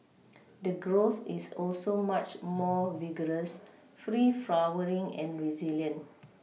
the growth is also much more vigorous free flowering and resilient